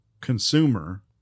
consumer